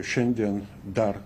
šiandien dar